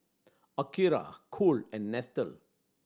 Akira Cool and Nestle